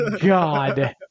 God